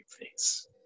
face